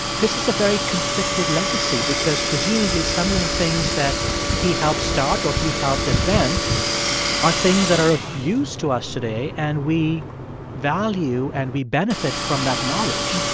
this is a very conflicted legacy because, presumably, some of the things that he helped start or he helped invent are things that are of use to us today and we value and we benefit from that knowledge.